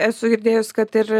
esu girdėjus kad ir